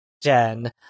Jen